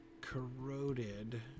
corroded